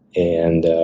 and